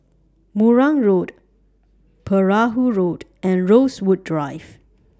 Marang Road Perahu Road and Rosewood Drive